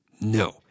no